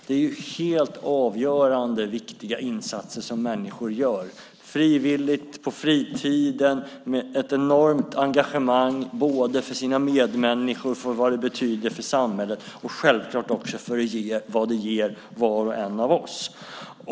Det är helt avgörande och viktiga insatser som människor gör frivilligt, på fritiden och med ett enormt engagemang i sina medmänniskor, i vad detta betyder för samhället och självfallet också i vad det ger var och en av oss.